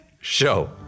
Show